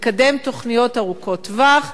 לקדם תוכניות ארוכות טווח,